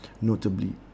notably